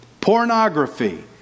Pornography